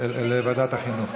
לוועדת החינוך.